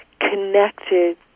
connected